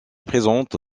présente